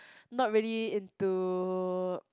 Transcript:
not really into